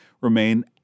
remain